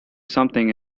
something